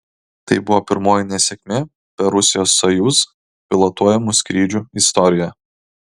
tai buvo pirmoji nesėkmė per rusijos sojuz pilotuojamų skrydžių istoriją